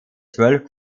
zwölf